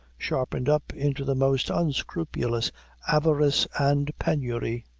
sharpened up into the most unscrupulous avarice and penury.